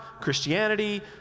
Christianity